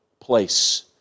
place